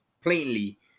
plainly